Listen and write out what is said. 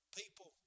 people